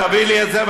תביא לי את זה,